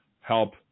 help